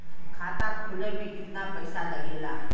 खाता खोले में कितना पईसा लगेला?